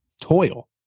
toil